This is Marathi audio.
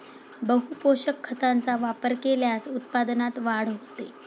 बहुपोषक खतांचा वापर केल्यास उत्पादनात वाढ होते